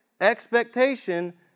expectation